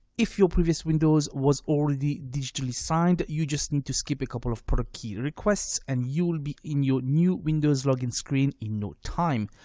if your previous windows was already digitally signed, you just need to skip a couple of product key requests and you will be in your new windows log in screen in no time.